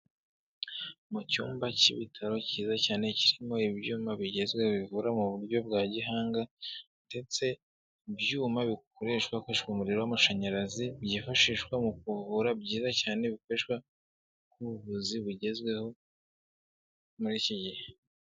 Mu cyumba cy'ibitaro cyiza cyane, kirimo ibyuma bigezweho bivura mu buryo bwa gihanga, ndetse ibyuma bikoreshwa hakoshwa umuriro w'amashanyarazi, byifashishwa mu kuvura, byiza cyane, bikoreshwa nk'ubuvuzi bugezweho muri iki gihe.